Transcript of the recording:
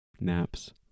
naps